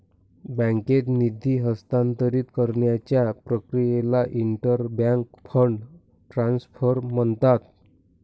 बँकेत निधी हस्तांतरित करण्याच्या प्रक्रियेला इंटर बँक फंड ट्रान्सफर म्हणतात